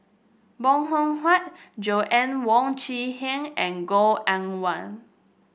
Bong Hiong Hwa Joanna Wong Quee Heng and Goh Eng Wah